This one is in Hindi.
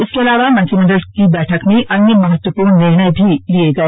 इसके अलावा मंत्रिमंडल की बैठक में अन्य महत्वपूर्ण निर्णय भी लिए गए